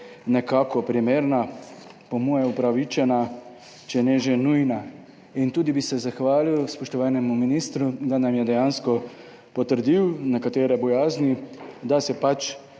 nekako primerna, po moje upravičena, če ne že nujna. In tudi bi se zahvalil spoštovanemu ministru, da nam je dejansko potrdil nekatere bojazni, da se pač